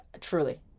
truly